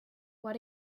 what